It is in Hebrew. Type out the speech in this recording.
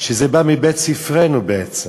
כשזה בא מבית-ספרנו בעצם.